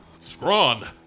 Scrawn